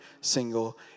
single